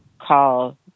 call